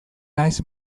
naiz